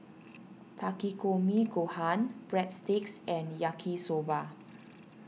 Takikomi Gohan Breadsticks and Yaki Soba